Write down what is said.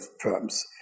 firms